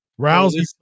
Rousey